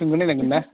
सोंलायलायनांगोन ना